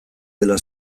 dela